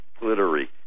Glittery